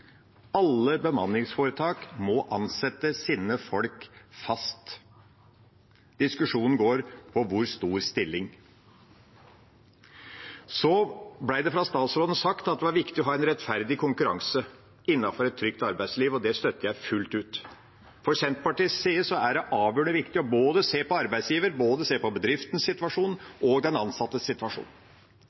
Alle bemanningsforetak må ansette sine folk fast, diskusjonen går på i hvor stor stilling. Det ble sagt fra statsråden at det er viktig å ha en rettferdig konkurranse innenfor et trygt arbeidsliv. Det støtter jeg fullt ut. For Senterpartiet er det avgjørende viktig å se på både arbeidsgiverens, bedriftens og den ansattes situasjon.